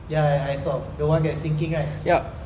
ya I I saw the one that's sinking right